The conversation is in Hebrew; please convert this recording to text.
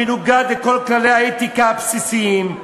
מנוגד לכל כללי האתיקה הבסיסיים.